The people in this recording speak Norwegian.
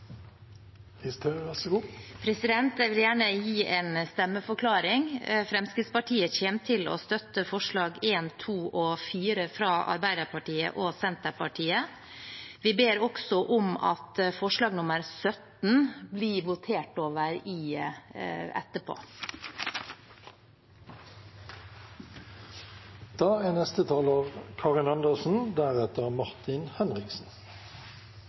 Jeg vil gjerne gi en stemmeforklaring. Fremskrittspartiet kommer til å støtte forslagene nr. 1, 2 og 4, fra Arbeiderpartiet og Senterpartiet. Vi ber også om at forslag nr. 17 blir votert over etterpå. Jeg får gjenta det jeg sa i stad. Jeg skjønner at det er